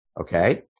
Okay